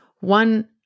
one